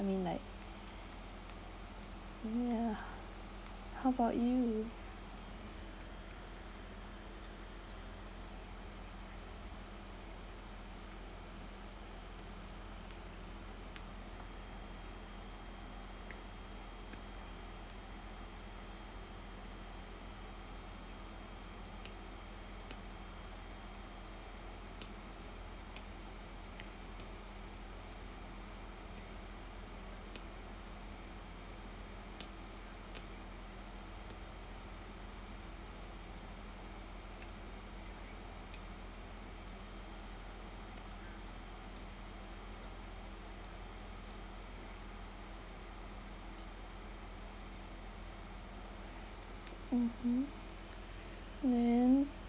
I mean like yeah how about you mmhmm then